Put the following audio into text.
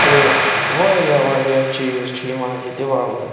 تہٕ واریاہ واریاہ چیٖز چھِ یِوان ییٚتہِ وَونہٕ